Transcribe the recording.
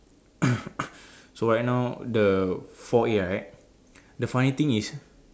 so right now the four a right the funny thing is